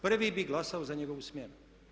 Prvi bih glasao za njegovu smjenu.